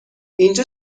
اینجا